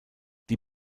die